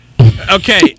Okay